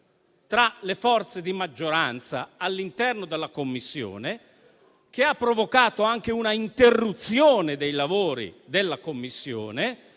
tra le forze di maggioranza all'interno della Commissione. Tale scontro ha provocato anche una interruzione dei lavori della Commissione,